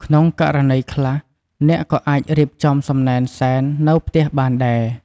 ក្នុងករណីខ្លះ អ្នកក៏អាចរៀបចំសំណែនសែននៅផ្ទះបានដែរ។